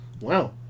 Wow